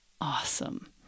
awesome